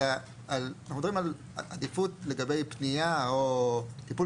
אלא אנחנו מדברים עדיפות לגבי פנייה או טיפול